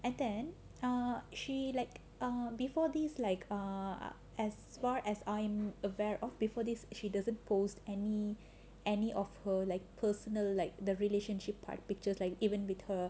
and then err she like err before these like err as far as I'm aware of before this she doesn't post any any of her like personal like the relationship pi~ pictures like even with her